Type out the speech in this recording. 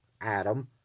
Adam